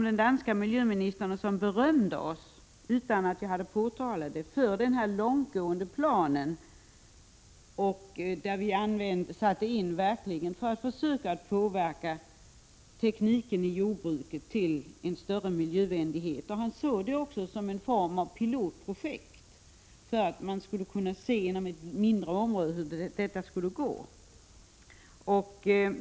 Den danske miljöministern berömde oss för den långtgående planen — utan att jag hade talat om den — där vi verkligen försöker påverka jordbrukstekniken så att den blir mera miljövänlig. Han såg detta som en form av pilotprojekt. Man skulle kunna inom ett mindre område se hur det går.